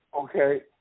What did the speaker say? Okay